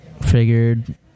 figured